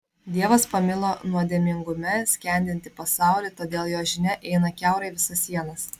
dievas pamilo nuodėmingume skendintį pasaulį todėl jo žinia eina kiaurai visas sienas